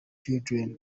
children